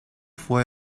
fue